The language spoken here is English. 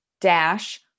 dash